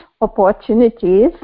opportunities